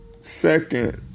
second